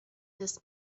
this